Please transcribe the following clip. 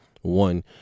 One